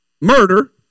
murder